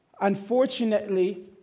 unfortunately